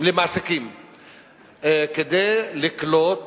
למעסיקים כדי לקלוט